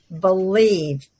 believe